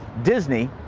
disney,